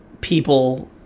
people